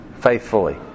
faithfully